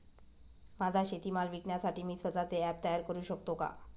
माझा शेतीमाल विकण्यासाठी मी स्वत:चे ॲप तयार करु शकतो का?